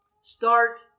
Start